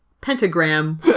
pentagram